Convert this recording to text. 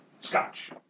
scotch